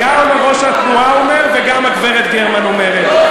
גם ראש התנועה אומר וגם הגברת גרמן אומרת.